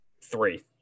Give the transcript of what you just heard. Three